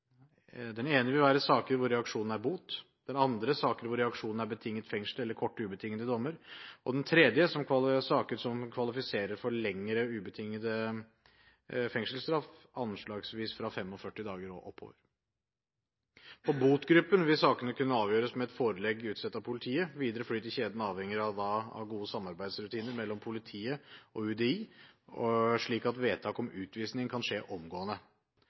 Den ene vil være saker hvor reaksjonen er bot, den andre saker hvor reaksjonen er betinget fengsel, eller korte, ubetingede dommer, og den tredje saker som kvalifiserer for lengre, ubetinget fengselsstraff, anslagsvis fra 45 dager og oppover. For botgruppen vil sakene kunne avgjøres med et forelegg utstedt av politiet. Videre flyt i kjeden avhenger da av gode samarbeidsrutiner mellom politiet og UDI, slik at vedtak om utvisning kan skje omgående.